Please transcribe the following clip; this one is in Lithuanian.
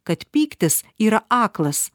kad pyktis yra aklas